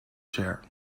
chair